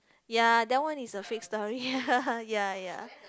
ya that one is a fake story ya ya ya